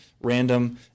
random